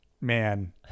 man